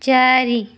ଚାରି